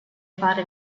fare